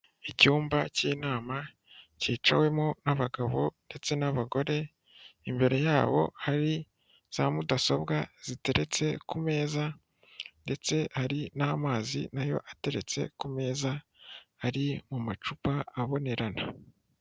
Icyumba cy'inama cyicawemo n'abagabo ndetse n'abagore, imbere yabo hari za mudasobwa ziteretse ku meza, ndetse hari n'amazi nayo ateretse ku meza ari mu macupa abonerana.